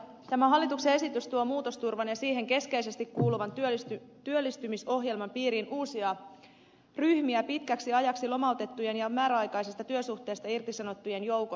tämä hallituksen esitys tuo muutosturvan ja siihen keskeisesti kuuluvan työllistymisohjelman piiriin uusia ryhmiä pitkäksi ajaksi lomautettujen ja määräaikaisesta työsuhteesta irtisanottujen joukosta